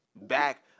back